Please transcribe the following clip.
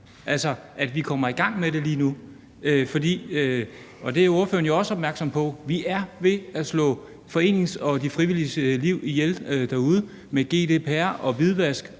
altså så vi kommer i gang med det lige nu. For – og det er ordføreren jo også opmærksom på – vi er ved at slå foreningernes og de frivilliges liv ihjel derude med GDPR og hvidvask